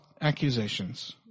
accusations